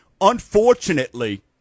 unfortunately